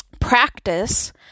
practice